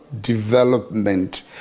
development